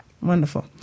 Wonderful